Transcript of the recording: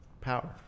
power